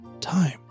time